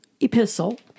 epistle